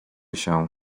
się